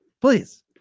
Please